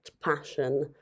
passion